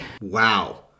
Wow